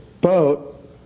boat